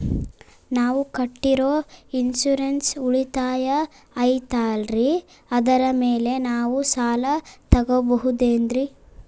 ನಾವು ಕಟ್ಟಿರೋ ಇನ್ಸೂರೆನ್ಸ್ ಉಳಿತಾಯ ಐತಾಲ್ರಿ ಅದರ ಮೇಲೆ ನಾವು ಸಾಲ ತಗೋಬಹುದೇನ್ರಿ?